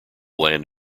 land